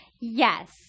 Yes